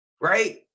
right